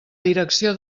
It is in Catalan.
direcció